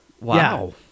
Wow